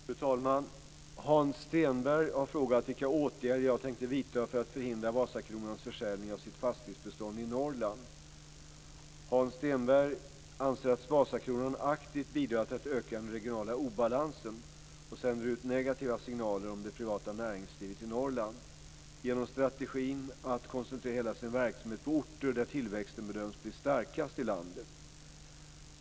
Fru talman! Hans Stenberg har frågat vilka åtgärder jag tänker vidta för att förhindra Vasakronans försäljning av sitt fastighetsbestånd i Norrland. Hans Stenberg anser att Vasakronan aktivt bidrar till att öka den regionala obalansen och sänder ut negativa signaler om det privata näringslivet i Norrland genom strategin att koncentrera hela sin verksamhet på orter där tillväxten bedöms bli starkast i landet.